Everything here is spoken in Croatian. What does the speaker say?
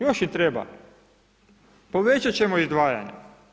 Još im treba, povećati ćemo izdvajanja.